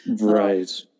Right